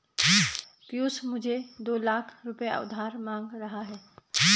पियूष मुझसे दो लाख रुपए उधार मांग रहा है